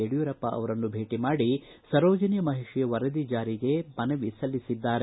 ಯಡಿಯೂರಪ್ಪ ಅವರನ್ನು ಭೇಟಿ ಮಾಡಿ ಸರೋಜಿನಿ ಮಹಿಷಿ ವರದಿ ಜಾರಿಗೆ ಮನವಿ ಸಲ್ಲಿಸಿದ್ದಾರೆ